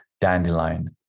dandelion